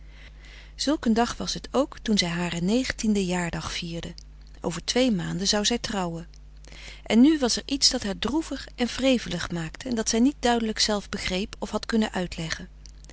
een dag was het ook toen zij haren negentienden jaardag vierde over twee maanden zou zij trouwen en nu was er iets dat haar droevig en wrevelig maakte en dat zij niet duidelijk zelf begreep of had kunnen uitleggen